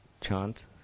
chant